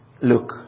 Look